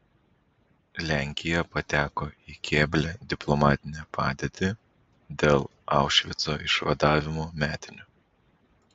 lenkija pateko į keblią diplomatinę padėtį dėl aušvico išvadavimo metinių